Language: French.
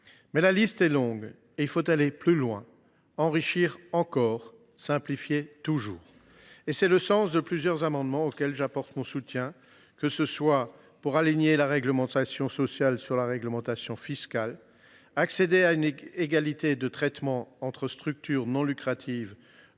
Mais la liste est longue, et il faut aller plus loin, enrichir encore, simplifier toujours. C’est le sens de plusieurs amendements auxquels j’apporte mon soutien, que ce soit pour aligner la réglementation sociale sur la réglementation fiscale, accéder à une égalité de traitement entre structures non lucratives